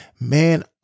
Man